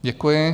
Děkuji.